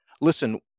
listen